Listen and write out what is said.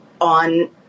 on